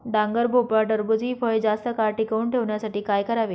डांगर, भोपळा, टरबूज हि फळे जास्त काळ टिकवून ठेवण्यासाठी काय करावे?